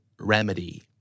remedy